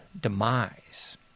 demise